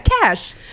cash